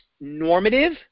normative